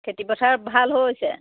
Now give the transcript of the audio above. খেতি পথাৰ ভাল হৈছে